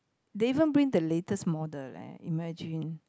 they even bring the latest model leh imagine